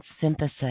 synthesis